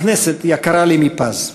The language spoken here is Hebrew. הכנסת יקרה לי מפז.